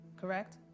correct